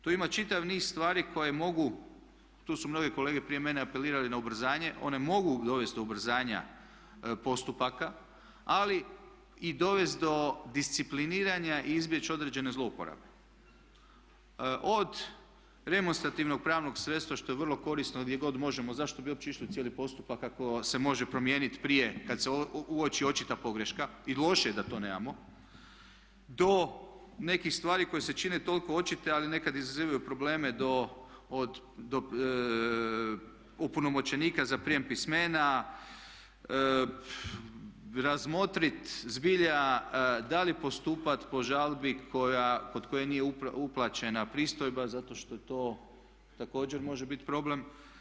Tu ima čitav niz stvari koje mogu, tu su mnoge kolege prije mene apelirali na ubrzanje, one mogu dovesti do ubrzanja postupaka ali i dovesti do discipliniranja i izbjeći određene zlouporabe od remonstrativnog pravnog sredstva što je vrlo korisno gdje god možemo, zašto bi uopće išli u cijeli postupak ako se može promijeniti prije kada se uoči očita pogreška i loše je da to nemamo, do nekih stvari koje se čine toliko očite ali nekada izazivaju probleme do od, do opunomoćenika za prijem pismena, razmotriti zbilja da li postupati po žalbi kod koje nije uplaćena pristojba zato što to također može biti problem.